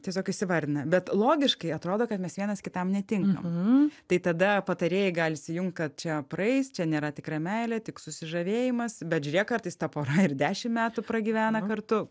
tiesiog įsivardinę bet logiškai atrodo kad mes vienas kitam netinkam tai tada patarėjai gali įsijungt kad čia praeis čia nėra tikra meilė tik susižavėjimas bet žiūrėk kartais ta pora ir dešim metų pragyvena kartu